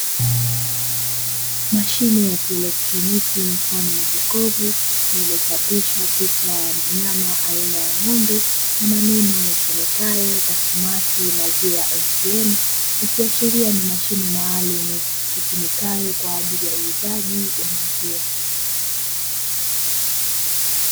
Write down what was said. Mashine ya kieletroniki mfano wa jokofu, iliyochapishwa picha ya mnyama mfano wa ng'ombe na maneno yasomekayo "Tassmatt maziwa ATM", ikiashiria ni mashine maalumu itumikayo kwa ajili ya uuzaji wa maziwa.